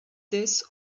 this